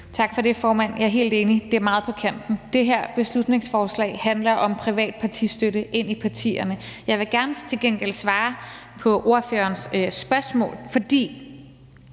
Tak for det, formand. Jeg er helt enig – det er meget på kanten. Det her beslutningsforslag handler om privat partistøtte til partierne. Jeg vil til gengæld gerne svare på ordførerens spørgsmål, for